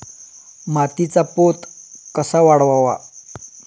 मातीचा पोत कसा वाढवावा?